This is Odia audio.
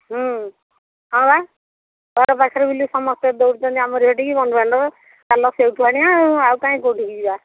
ହଁ ବା ଘର ପାଖରେ ବୋଲି ସମସ୍ତେ ନେଉଛନ୍ତି ଆମର ସେଠିକି ବନ୍ଧୁବାନ୍ଧବ ଚାଲ ସେଉଠୁ ଆଣିବା ଆଉ କାହିଁକି କୋଉଠିକି ଯିବା